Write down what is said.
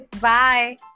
bye